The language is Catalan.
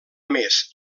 més